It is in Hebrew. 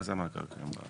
מה זה המאגר הקיים בארץ?